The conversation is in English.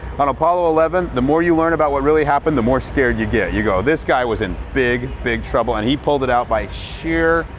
on apollo eleven, the more you learn about what really happened, the more scared you get. you go this guy was in big, big trouble and he pulled it out by sheer